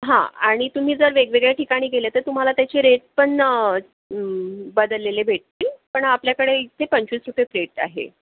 हां आणि तुम्ही जर वेगवेगळ्या ठिकाणी गेले तर तुम्हाला त्याचे रेट पण बदललेले भेटतील पण आपल्याकडे इथे पंचवीस रुपये प्लेट आहे